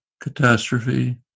catastrophe